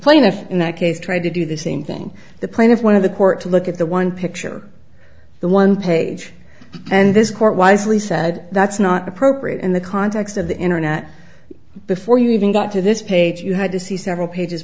plaintiff in that case tried to do the same thing the plaintiff one of the court to look at the one picture the one page and this court wisely said that's not appropriate in the context of the internet before you even got to this page you had to see several pages